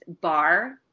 bar